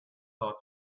thought